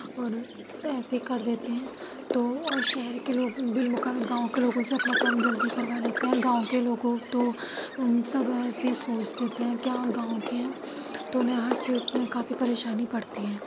اور ایسے کر دیتے ہیں تو اور شہر کے لوگ بالمقابل گاؤں کے لوگوں سے اپنا کام جلدی کروا لیتے ہیں گاؤں کے لوگوں تو سب ایسے ہی سوچ دیتے ہیں کہ ہاں گاؤں کے ہیں تو انہیں ہر چیز میں کافی پریشانی پڑتی ہے